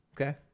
Okay